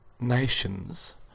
Nations